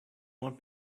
want